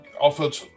offered